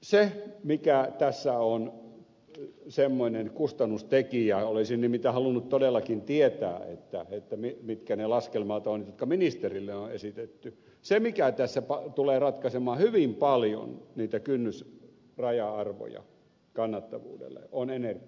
se mikä tässä on semmoinen kustannustekijä olisin nimittäin halunnut todellakin tietää mitkä ne laskelmat ovat jotka ministerille on esitetty ja se mikä tässä tulee ratkaisemaan hyvin paljon niitä kynnysraja arvoja kannattavuudelle on energian hinta